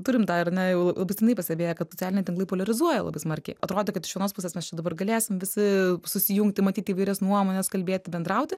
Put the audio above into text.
turime tą ar ne jau būtinai pastebėję kad socialiniai tinklai poliarizuoja labai smarkiai atrodė kad iš vienos pusės mes čia dabar galėsim visi susijungti matyti įvairias nuomones kalbėti bendrauti